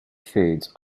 foods